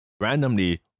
Randomly